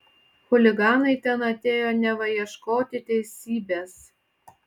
chuliganai ten atėjo neva ieškoti teisybės